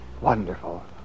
Wonderful